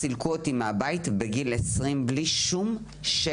סילקו אותי מהבית בגיל 20 בלי שקל.